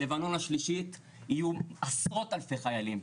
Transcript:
לבנון השלישית יהיו עשרות אלפי חיילים,